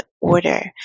order